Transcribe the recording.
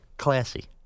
classy